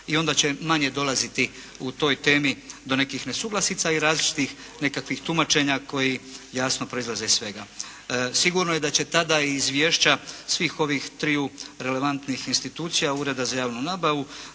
i onda će manje dolaziti u toj temi do nekih nesuglasica i različitih nekakvih tumačenja koji jasno proizlaze iz svega. Sigurno je da će tada i izvješća svih ovih triju relevantnih institucija Ureda za javnu nabavu